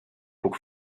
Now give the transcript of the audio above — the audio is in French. pour